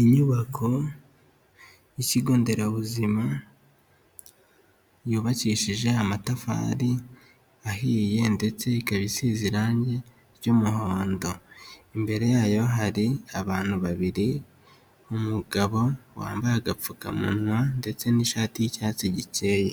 Inyubako y'ikigo nderabuzima yubakishije amatafari ahiye ndetse ikaba isize irangi ry'umuhondo. Imbere yayo hari abantu babiri, umugabo wambaye agapfukamunwa ndetse n'ishati y'icyatsi gikeye,